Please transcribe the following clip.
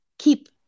Keep